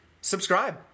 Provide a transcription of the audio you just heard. subscribe